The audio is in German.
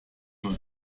nur